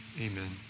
Amen